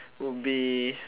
would be